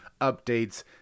updates